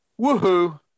woohoo